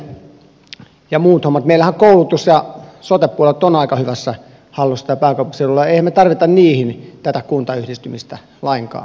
meillähän koulutus ja sote puolet ovat aika hyvässä hallussa täällä pääkaupunkiseudulla emmehän me tarvitse niihin tätä kuntayhdistymistä lainkaan